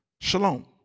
shalom